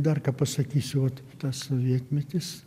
dar ką pasakysiu vat tas sovietmetis